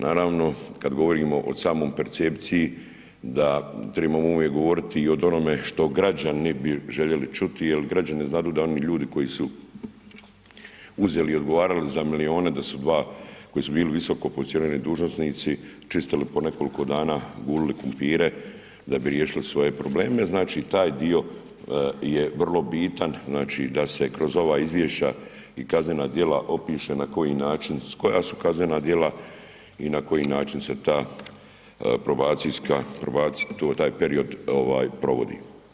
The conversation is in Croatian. Naravno, kad govorimo o samoj percepciji da trebamo uvijek govoriti i o onome što građani bi željeli čuti jer građani znadu da oni ljudi koji su uzeli i odgovarali za milijune, da su dva koji su bili visoko pozicionirani dužnosnici, čistili po nekoliko dana, gulili krumpire da bi riješili svoje probleme, znači taj dio je vrlo bitan, znači da se kroz ova izvješća i kaznena djela opiše na koji način, koja su kaznena djela i na koji način se ta probacijska, taj period provodi.